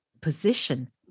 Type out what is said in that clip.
position